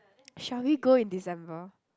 shall we go in December